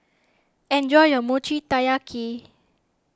enjoy your Mochi Taiyaki